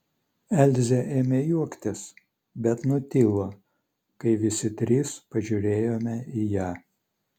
elzė ėmė juoktis bet nutilo kai visi trys pažiūrėjome į ją